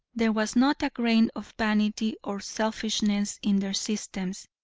there was not a grain of vanity or selfishness in their systems.